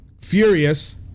Furious